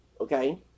Okay